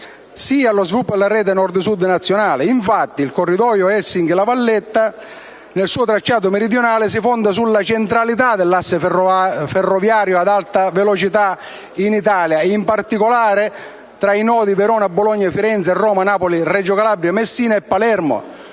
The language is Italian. sia allo sviluppo della rete Nord-Sud nazionale. Infatti, il corridoio Helsinki-La Valletta, nel suo tracciato meridionale, si fonda sulla centralità dell'asse ferroviario ad alta velocità in Italia, in particolare tra i nodi di Verona-Bologna-Firenze-Roma-Napoli-Reggio Calabria-Messina e Palermo.